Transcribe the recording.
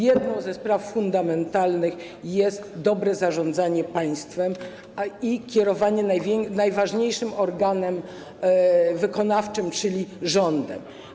Jedną ze spraw fundamentalnych jest dobre zarządzanie państwem i kierowanie najważniejszym organem wykonawczym, czyli rządem.